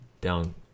down